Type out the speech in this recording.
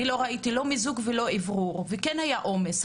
אני לא ראיתי לא מיזוג ולא אוורור וכן היה עומס.